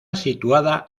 situada